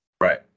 Right